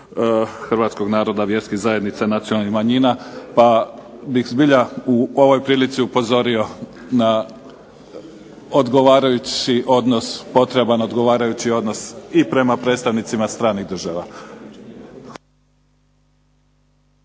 hrvatskoga naroda, vjerskih zajednica, nacionalnih manjina pa bih zbilja u ovoj prilici upozorio na odgovarajući odnos, potreban odgovarajući odnos i prema predstavnicima stranih država.